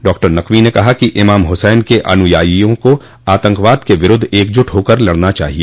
डॉ नकवी ने कहा कि इमाम हुसैन के अनुयायिओं को आतंकवाद के विरूद्व एकजुट होकर लड़ना चाहिए